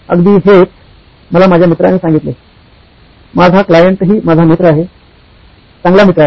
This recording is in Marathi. अगदी हेच मला माझ्या मित्राने सांगितले आहे माझा क्लायंट हि माझा मित्र आहे चांगला मित्र आहे